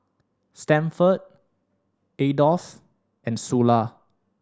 Stanford Adolf and Sula